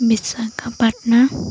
Visakhapatnam